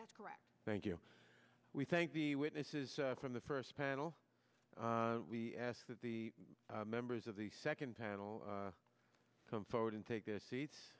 that's correct thank you we thank the witnesses from the first panel we ask that the members of the second panel come forward and take their seats